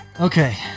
Okay